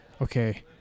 okay